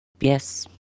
Yes